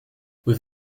with